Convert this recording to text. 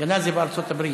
הגנה זה בארצות הברית.